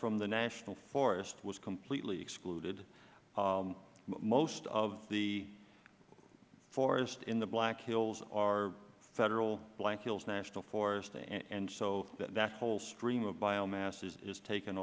from the national forest was completely excluded most of the forest in the black hills are federal black hills national forest and so that whole stream of biomass is taken